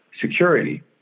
security